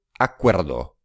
acuerdo